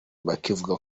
bakavuga